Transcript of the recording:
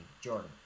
Jordan